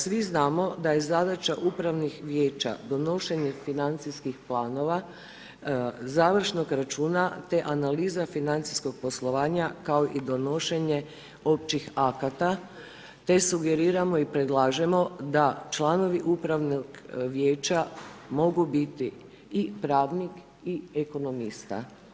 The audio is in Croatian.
Svi znamo da je zadaća upravnih vijeća donošenje financijskih planova, završnog računa, te analiza financijskog poslovanja kao i donošenje općih akata, te sugeriramo i predlažemo da članovi upravnog vijeća mogu biti i pravnik i ekonomista.